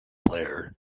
player